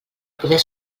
poder